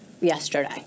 yesterday